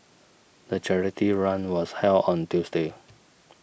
the charity run was held on Tuesday